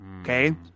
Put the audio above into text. Okay